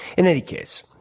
in any case,